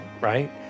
right